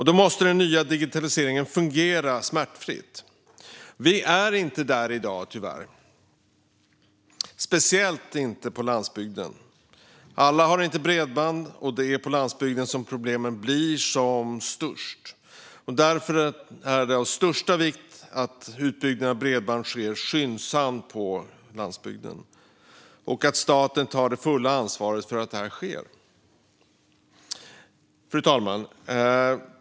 Den måste fungera smärtfritt, men där är vi tyvärr inte i dag, speciellt inte på landsbygden. Alla har inte bredband, och det är på landsbygden som problemen blir som störst. Därför är det av största vikt att utbyggnaden av bredband på landsbygden sker skyndsamt och att staten tar det fulla ansvaret för att detta sker. Fru talman!